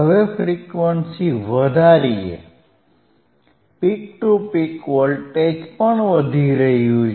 હવે ફ્રીક્વન્સી વધારીએ peak to peak voltage પણ વધી રહ્યું છે